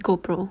gopro